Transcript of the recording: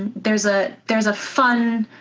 and there's ah there's a fun,